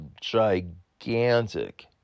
gigantic